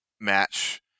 match